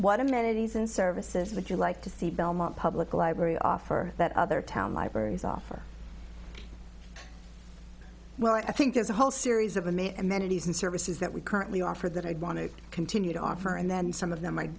what amenities and services that you like to see belmont public library offer that other town libraries offer well i think there's a whole series of i'm a amenities and services that we currently offer that i'd want to continue to offer and then some of them i